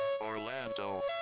Orlando